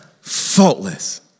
faultless